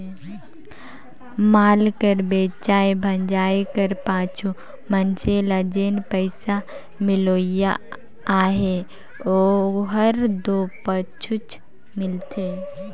माल कर बेंचाए भंजाए कर पाछू मइनसे ल जेन पइसा मिलोइया अहे ओहर दो पाछुच मिलथे